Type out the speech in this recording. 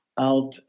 out